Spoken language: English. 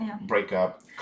breakup